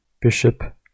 Bishop